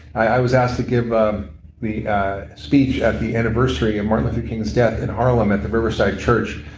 i was asked to give um the speech at the anniversary of martin luther king's death in harlem at the riverside church.